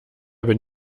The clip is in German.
bin